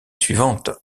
suivante